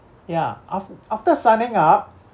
ya af~ after signing up